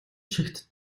чигт